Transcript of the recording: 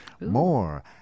More